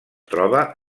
troba